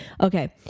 okay